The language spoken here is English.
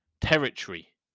Territory